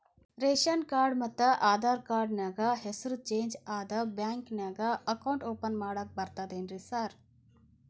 Ration card ಮತ್ತ Aadhaar card ನ್ಯಾಗ ಹೆಸರು ಚೇಂಜ್ ಅದಾ ಬ್ಯಾಂಕಿನ್ಯಾಗ ಅಕೌಂಟ್ ಓಪನ್ ಮಾಡಾಕ ಬರ್ತಾದೇನ್ರಿ ಸಾರ್?